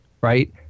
Right